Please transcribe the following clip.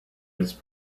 his